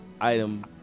item